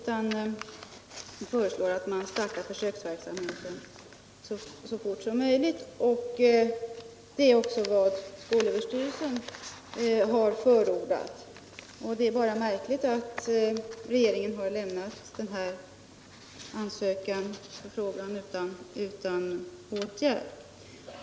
Vi föreslår därför att en försöksverksamhet startas så fort som möjligt. Det är också vad skolöverstyrelsen har förordat. Det är bara märkligt att regeringen har lämnat det förslaget utan åtgärd.